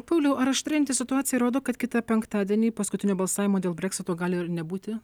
pauliau ar aštrėjanti situacija rodo kad kitą penktadienį paskutinio balsavimo dėl breksito gali ir nebūti